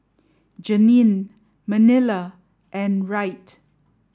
Janine Manilla and Wright